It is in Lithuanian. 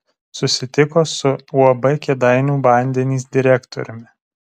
susitiko su uab kėdainių vandenys direktoriumi